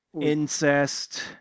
Incest